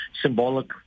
symbolic